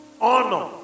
Honor